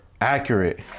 Accurate